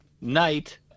night